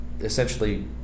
essentially